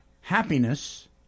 happiness